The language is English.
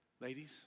ladies